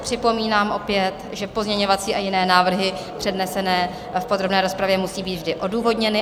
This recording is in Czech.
Připomínám opět, že pozměňovací a jiné návrhy přednesené v podrobné rozpravě musí být vždy odůvodněny.